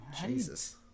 Jesus